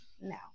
No